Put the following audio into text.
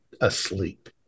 asleep